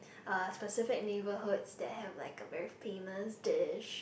uh specific neighborhoods that have like a very famous dish